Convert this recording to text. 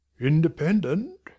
independent